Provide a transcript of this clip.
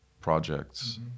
projects